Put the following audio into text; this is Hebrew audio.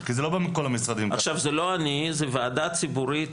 זו ועדה ציבורית,